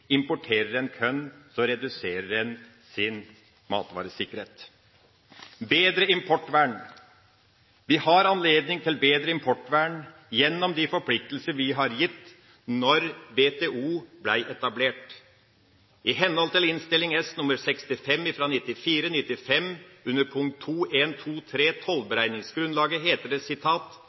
Importerer man korn, reduserer man sin matvaresikkerhet. Det andre forslaget mitt går på bedre importvern. Vi har anledning til bedre importvern gjennom de forpliktelser vi gikk med på da WTO ble etablert. I henhold til Innst. S nr. 65 for 1994–1995, under punkt 2.1.2.3 Tollberegningsgrunnlaget, heter det: «I hvert enkelt tilfelle er det